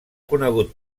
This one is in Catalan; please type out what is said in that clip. conegut